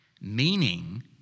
Meaning